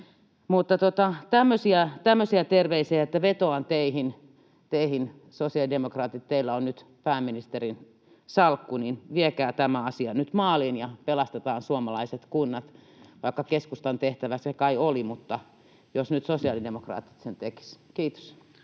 keksi. Tämmöisiä terveisiä, että vetoan teihin, sosiaalidemokraatit: teillä on nyt pääministerin salkku, joten viekää tämä asia nyt maaliin, ja pelastetaan suomalaiset kunnat, vaikka keskustan tehtävä se kai oli, mutta jos nyt sosiaalidemokraatit sen tekisivät. — Kiitos.